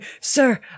sir